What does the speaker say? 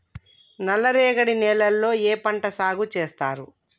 నల్లరేగడి నేలల్లో ఏ పంట సాగు చేస్తారు?